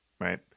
right